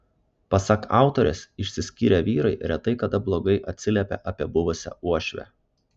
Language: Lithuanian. pasak autorės išsiskyrę vyrai retai kada blogai atsiliepia apie buvusią uošvę